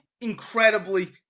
incredibly